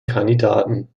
kandidaten